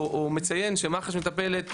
או מציין שמח"ש מטפלת,